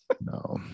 No